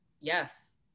yes